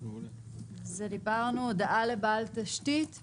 הודעה לבעל תשתית,